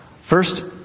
first